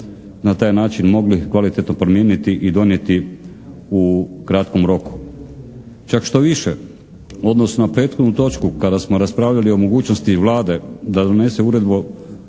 na taj način mogli kvalitetno promijeniti i donijeti u kratkom roku. Čak što više, u odnosu na prethodnu točku kada smo raspravljali o mogućnosti Vlade da donese uredbe